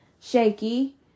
shaky